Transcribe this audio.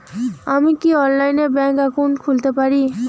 আমি কি অনলাইনে ব্যাংক একাউন্ট খুলতে পারি?